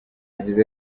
yagize